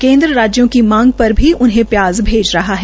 केन्द्र राज्यों की मांग पर भी उन्हें प्याज भेज रहा है